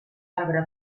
arbre